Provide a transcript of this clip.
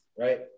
Right